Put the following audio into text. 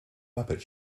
muppet